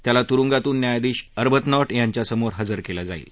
त्याला तुरुंगातून न्यायाधीश एमा अर्बथनॉट यांच्यासमोर हजर केलं जाईल